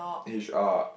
H_R